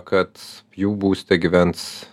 kad jų būste gyvens